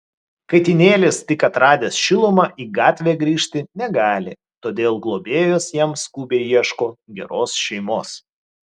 katinėlis tik atradęs šilumą į gatvę grįžti negali todėl globėjos jam skubiai ieško geros šeimos